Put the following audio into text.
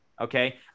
okay